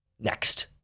next